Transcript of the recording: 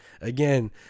again